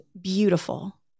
beautiful